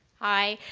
hi.